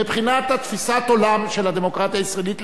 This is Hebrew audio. מבחינת תפיסת העולם של הדמוקרטיה הישראלית,